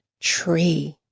tree